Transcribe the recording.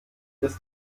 ist